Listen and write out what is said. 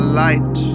light